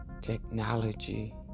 technology